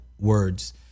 words